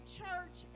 church